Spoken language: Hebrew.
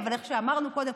אבל איך שאמרנו קודם,